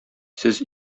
сез